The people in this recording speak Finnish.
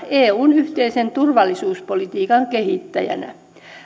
eun yhteisen turvallisuuspolitiikan kehittäjänä